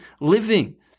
living